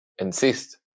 insist